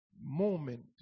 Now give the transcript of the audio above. moment